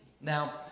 Now